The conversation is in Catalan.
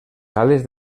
sales